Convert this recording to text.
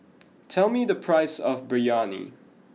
tell me the price of Biryani